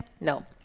no